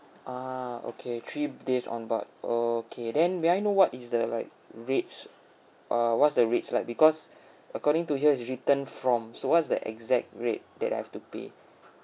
ah okay three days on board okay then may I know what is the like rates uh what's the rates like because according to here it's written from so what's the exact rate that I have to pay